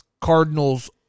Cardinals